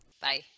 Bye